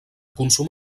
consum